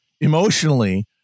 emotionally